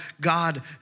God